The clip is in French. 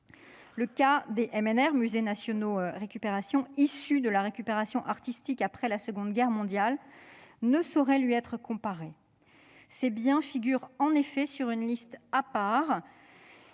répertoriées « Musées nationaux récupération », ou MNR, issues de la récupération artistique après la Seconde Guerre mondiale, ne saurait lui être comparé. Ces biens figurent en effet sur une liste à part,